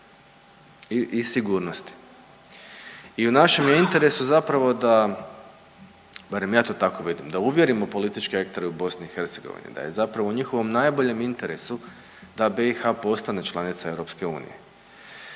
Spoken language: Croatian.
I u našem je interesu zapravo da, barem ja to tako vidim, da uvjerimo političke aktere u BiH da je zapravo u njihovom najboljem interesu da BiH postane članica EU. A jedini